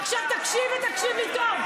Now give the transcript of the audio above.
עכשיו תקשיב, ותקשיב לי טוב.